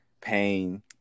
pain